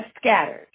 scattered